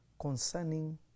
concerning